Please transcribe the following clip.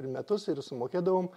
per metus ir sumokėdavom